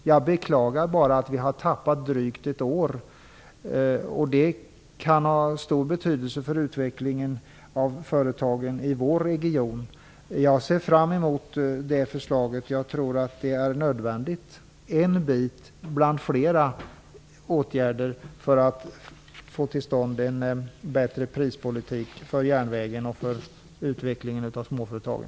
Jag beklagar bara att vi har tappat drygt ett år. Det kan ha stor betydelse för utvecklingen av företagen i vår region. Jag ser fram emot det förslaget. Jag tror det är nödvändigt. Det är en bland flera åtgärder för att få till stånd en bättre prispolitik för järnvägen och för utvecklingen av småföretagen.